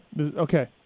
Okay